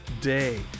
day